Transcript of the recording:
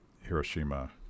Hiroshima